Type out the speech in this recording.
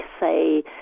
say